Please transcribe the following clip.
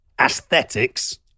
aesthetics